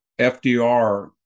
FDR